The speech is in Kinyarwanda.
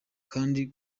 kandi